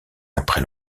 après